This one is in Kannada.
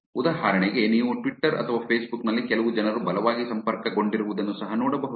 ಉದಾಹರಣೆಗೆ ನೀವು ಟ್ವಿಟರ್ ಅಥವಾ ಫೇಸ್ಬುಕ್ ನಲ್ಲಿ ಕೆಲವು ಜನರು ಬಲವಾಗಿ ಸಂಪರ್ಕಗೊಂಡಿರುವುದನ್ನು ಸಹ ನೋಡಬಹುದು